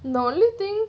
the only thing